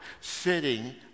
sitting